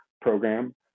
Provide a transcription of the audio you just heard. program